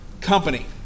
company